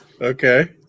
Okay